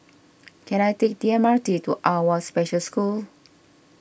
can I take the M R T to Awwa Special School